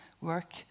work